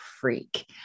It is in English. freak